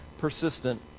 persistent